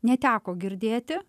neteko girdėti